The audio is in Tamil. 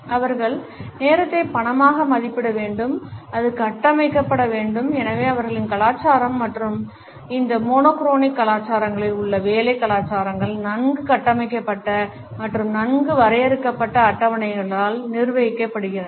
அவர்கள் நேரத்தை பணமாக மதிப்பிட வேண்டும் அது கட்டமைக்கப்பட வேண்டும் எனவே அவர்களின் கலாச்சாரம் மற்றும் எனவே இந்த மோனோ குரோனிக் கலாச்சாரங்களில் உள்ள வேலை கலாச்சாரங்கள் நன்கு கட்டமைக்கப்பட்ட மற்றும் நன்கு வரையறுக்கப்பட்ட அட்டவணைகளால் நிர்வகிக்கப்படுகின்றன